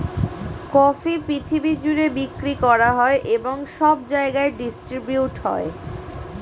coffee পৃথিবী জুড়ে বিক্রি করা হয় এবং সব জায়গায় ডিস্ট্রিবিউট হয়